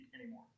anymore